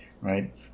Right